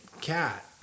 cat